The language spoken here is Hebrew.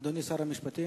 אדוני שר המשפטים.